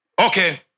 Okay